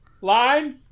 Line